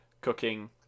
cooking